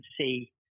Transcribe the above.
see